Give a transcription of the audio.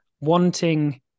wanting